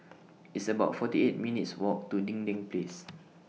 It's about forty eight minutes' Walk to Dinding Place